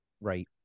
Right